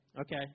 okay